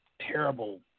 terrible